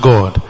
God